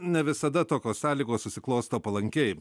ne visada tokios sąlygos susiklosto palankiai